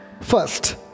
first